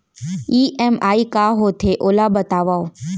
EMI का होथे, ओला बतावव